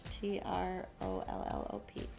T-R-O-L-L-O-P